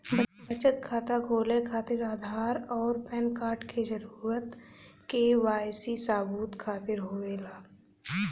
बचत खाता खोले खातिर आधार और पैनकार्ड क जरूरत के वाइ सी सबूत खातिर होवेला